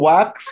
Wax